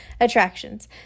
attractions